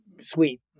sweet